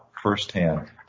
firsthand